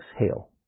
exhale